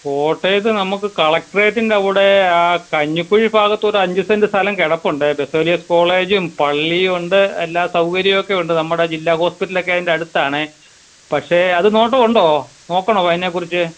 കോട്ടയത്ത് നമുക്ക് കളക്ടറേറ്റിൻ്റെ അവിടെ ആ കഞ്ഞിക്കുഴി ഭാഗത്ത് ഒരു അഞ്ച് സെൻറ്റ് സ്ഥലം കിടപ്പുണ്ടെ ബസേലിയസ് കോളേജും പള്ളിയും ഉണ്ട് എല്ലാ സൗകര്യം ഒക്കെയുണ്ട് നമ്മുടെ ജില്ല ഹോസ്പിറ്റലൊക്കെ അതിൻ്റെ അടുത്താണെ പക്ഷെ അത് നോട്ടം ഉണ്ടോ നോക്കണോ അതിനെക്കുറിച്ച്